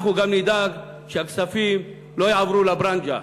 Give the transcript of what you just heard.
אנחנו גם נדאג שהכספים לא יעברו לברנז'ה.